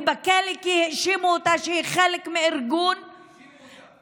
היא בכלא כי האשימו אותה שהיא חלק מארגון אסור.